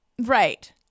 Right